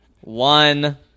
One